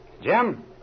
Jim